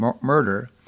murder